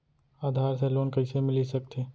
आधार से लोन कइसे मिलिस सकथे?